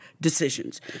decisions